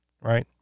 right